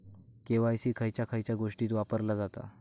KYC खयच्या खयच्या गोष्टीत वापरला जाता?